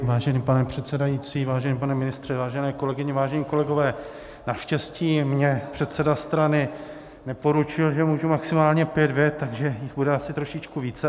Vážený pane předsedající, vážený pane ministře, vážené kolegyně, vážení kolegové, naštěstí mně předseda strany neporučil, že můžu maximálně pět vět, takže jich bude asi trošičku více.